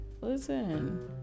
listen